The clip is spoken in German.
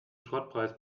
schrottpreis